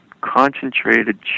concentrated